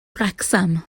wrecsam